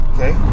Okay